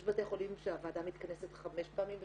יש בתי חולים שהוועדה מתכנסת חמש פעמים בשבוע.